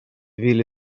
ville